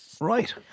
Right